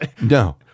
No